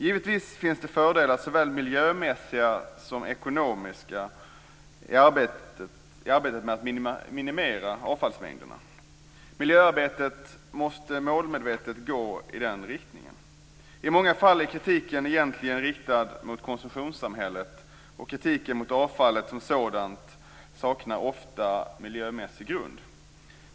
Givetvis finns det såväl miljömässiga som ekonomiska fördelar med arbetet att minimera avfallsmängderna. Miljöarbetet måste målmedvetet gå i den riktningen. I många fall är kritiken egentligen riktad mot konsumtionssamhället. Kritiken mot avfallet som sådant saknar ofta miljömässig grund.